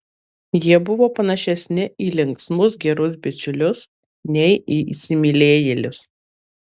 jie buvo panašesni į linksmus gerus bičiulius nei į įsimylėjėlius